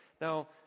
Now